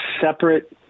separate